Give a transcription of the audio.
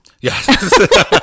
Yes